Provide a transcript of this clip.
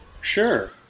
Sure